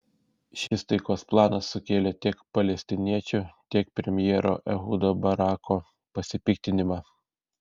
šis taikos planas sukėlė tiek palestiniečių tiek premjero ehudo barako pasipiktinimą